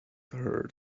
heard